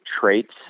traits